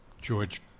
George